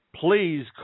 Please